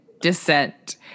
descent